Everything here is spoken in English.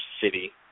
city